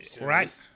Right